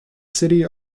city